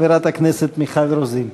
חברת הכנסת מיכל רוזין.